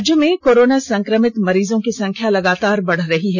राज्य में कोरोना संक्रमित मरीजों की संख्या लगातार बढ़ रही है